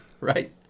Right